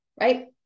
right